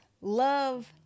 love